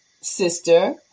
sister